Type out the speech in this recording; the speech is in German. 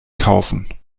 kaufen